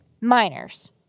minors